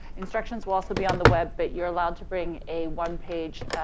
instructions will also be on the web, but you're allowed to bring a one-page,